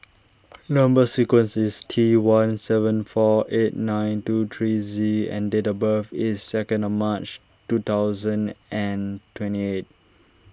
Number Sequence is T one seven four eight nine two three Z and date of birth is second of March two thousand and twenty eight